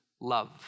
love